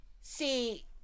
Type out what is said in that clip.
See